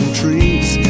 trees